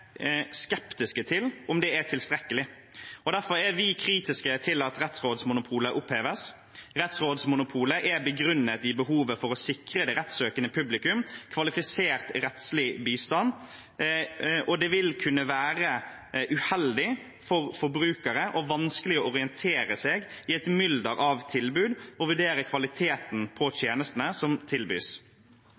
skeptiske til om det er tilstrekkelig. Derfor er vi kritiske til at rettsrådsmonopolet oppheves. Rettsrådsmonopolet er begrunnet i behovet for å sikre det rettssøkende publikum kvalifisert rettslig bistand, og det vil kunne være uheldig for forbrukere og vanskelig å orientere seg i et mylder av tilbud og vurdere kvaliteten på tjenestene som tilbys.